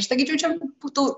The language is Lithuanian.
aš sakyčiau čia būtų